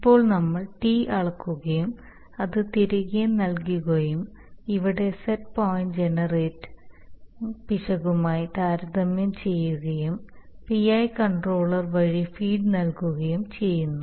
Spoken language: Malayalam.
ഇപ്പോൾ നമ്മൾ Tഅളക്കുകയും അത് തിരികെ നൽകുകയും ഇവിടെ സെറ്റ് പോയിന്റ് ജനറേറ്റിംഗ് പിശകുമായി താരതമ്യം ചെയ്യുകയും PI കൺട്രോളർ വഴി ഫീഡ് നൽകുകയും ചെയ്യുന്നു